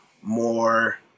more